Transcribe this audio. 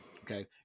Okay